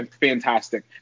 fantastic